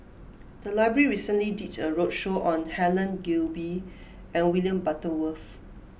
the library recently did a roadshow on Helen Gilbey and William Butterworth